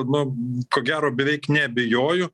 nu ko gero beveik neabejoju